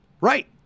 Right